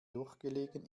durchgelegen